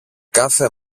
κάθε